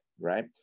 right